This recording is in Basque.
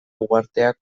uharteak